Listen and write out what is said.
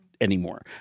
anymore